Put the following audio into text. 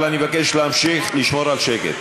ואני מבקש להמשיך לשמור על שקט.